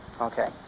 Okay